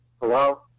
Hello